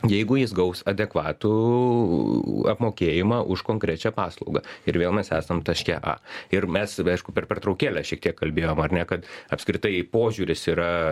jeigu jis gaus adekvatų apmokėjimą už konkrečią paslaugą ir vėl mes esam taške a ir mes aišku per pertraukėlę šiek tiek kalbėjom ar ne kad apskritai požiūris yra